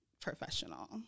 professional